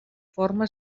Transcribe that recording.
forma